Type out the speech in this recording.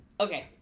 okay